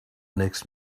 next